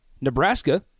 Nebraska